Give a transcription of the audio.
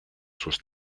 sus